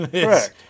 Correct